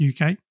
UK